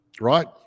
right